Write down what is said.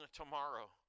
tomorrow